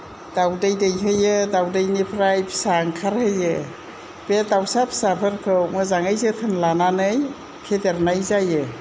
दाउदै दैहोयो दाउदैनिफ्राय फिसा ओंखारहोयो बे दाउसा फिसाफोरखौ मोजाङै जोथोन लानानै फेदेरनाय जायो